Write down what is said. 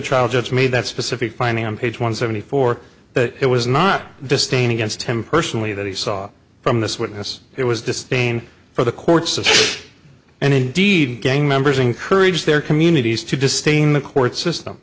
judge made that specific finding on page one seventy four that it was not distain against him personally that he saw from this witness it was distain for the courts and indeed gang members encourage their communities to distain the court system